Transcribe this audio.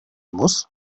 muss